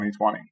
2020